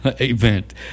event